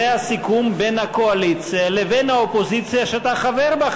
זה הסיכום בין הקואליציה לבין האופוזיציה שאתה חבר בה,